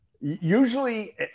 usually